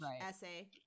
essay